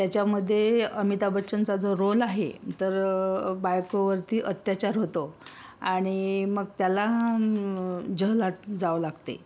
त्याच्यामध्ये अमिताभ बच्चनचा जो रोल आहे तर बायकोवर अत्याचार होतो आणि मग त्याला जेलात जावं लागते